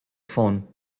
phone